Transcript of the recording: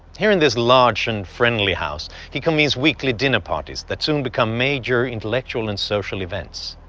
here in this large and friendly house, he convenes weekly dinner parties that soon become major intellectual and social events.